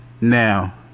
now